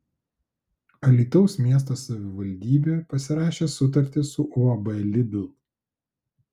alytaus miesto savivaldybė pasirašė sutartį su uab lidl